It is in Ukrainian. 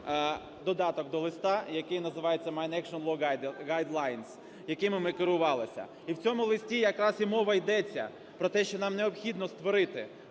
додаток до листа, який називається My action guidelines, якими ми керувалися. І в цьому листі якраз мова йдеться про те, що нам необхідно створити